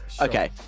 Okay